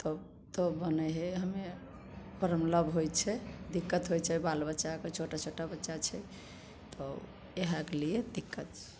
तऽ तब बनै हइ हमे प्रॉब्लम होइ छै दिक्कत होइ छै बाल बच्चाके छोटा छोटा बच्चा छै तऽ इएहके लिए दिक्कत छै